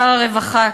שר הרווחה,